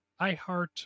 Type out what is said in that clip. iHeart